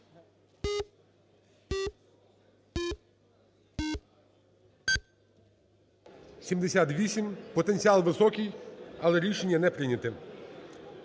За-78 Потенціал високий, але рішення не прийнято.